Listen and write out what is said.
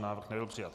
Návrh nebyl přijat.